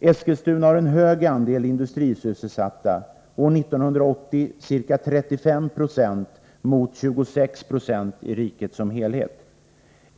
Eskilstuna har en hög andel industrisysselsatta — år 1980 ca 35 920, mot 26 I i riket som helhet.